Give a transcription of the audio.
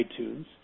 iTunes